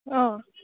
অঁ